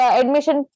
admission